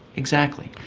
exactly.